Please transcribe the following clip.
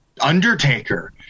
Undertaker